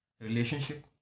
Relationship